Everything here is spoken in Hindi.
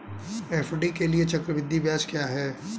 एफ.डी के लिए चक्रवृद्धि ब्याज क्या है?